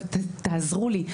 תעזרו לי.